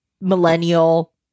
millennial